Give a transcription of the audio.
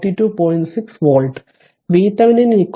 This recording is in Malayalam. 6 volt V Thevenin Va Vb 3